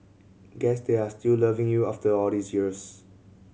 guess they are still loving you after all these years